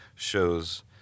shows